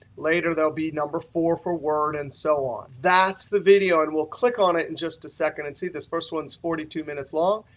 later there'll be number four for word, and so on. that's the video, and we'll click on it in and just a second. and see, this first one's forty two minutes long.